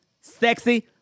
sexy